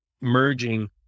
merging